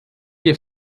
hier